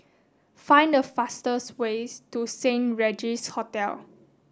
find the fastest way to Saint Regis Hotel